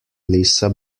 lisa